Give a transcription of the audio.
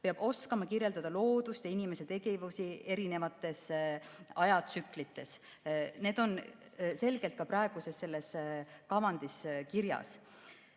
peab oskama kirjeldada loodust ja inimese tegevusi erinevates ajatsüklites. Need on selgelt ka praeguses kavandis kirjas.